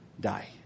die